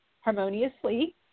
harmoniously